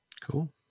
Cool